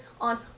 on